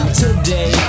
today